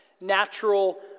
natural